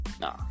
Nah